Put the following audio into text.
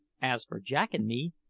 as for jack and me,